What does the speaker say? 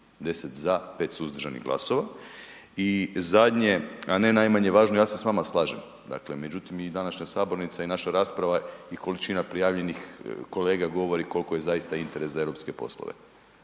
10 za, 5 suzdržanih glasova. I zadnje, a ne najmanje važno, ja se s vama slažem, dakle međutim i današnja sabornica i naša rasprava i količina prijavljenih kolega govori koliko je zaista interes za europske poslove.